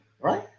right